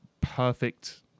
perfect